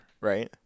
right